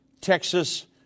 Texas